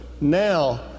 Now